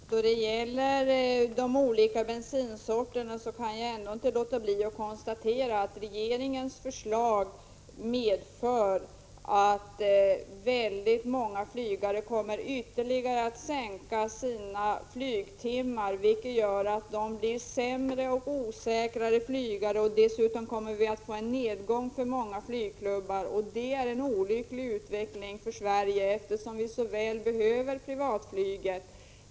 Herr talman! Då det gäller de olika bensinsorterna kan jag ändå inte låta bli att konstatera att regeringens förslag medför ytterligare en sänkning av antalet flygtimmar för många flygare. Därigenom kommer de att bli sämre och osäkrare flygare. Dessutom kommer vi att få en nedgång för många flygklubbar, och det är en olycklig utveckling för Sverige, eftersom vi så väl behöver privatflyget.